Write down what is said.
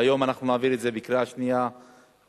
והיום אנחנו נעביר את זה בקריאה שנייה ושלישית,